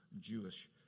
Jewish